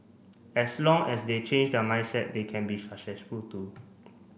as long as they change their mindset they can be successful too